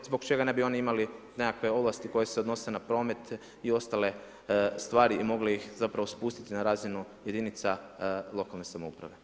Zbog čega ne bi oni imali nekakve ovlasti koje se odnose na promet i ostale stvari i mogli ih zapravo spustiti na razinu jedinica lokalne samouprave.